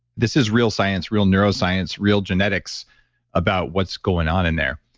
this is real science, real neuroscience real genetics about what's going on in there.